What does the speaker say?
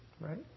right